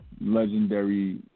legendary